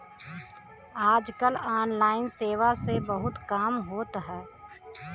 आज कल ऑनलाइन सेवा से बहुत काम होत हौ